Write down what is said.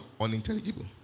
unintelligible